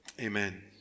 Amen